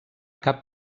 cap